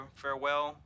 farewell